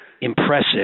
impressive